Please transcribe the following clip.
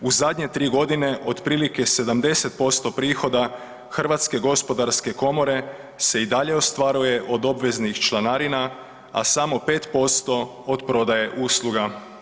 U zadnje 3 godine otprilike 70% prihoda Hrvatske gospodarske komore se i dalje ostvaruje od obveznih članarina, a samo 5% od prodaje usluga.